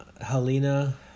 Helena